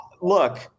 look